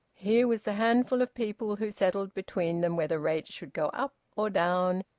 here was the handful of people who settled between them whether rates should go up or down,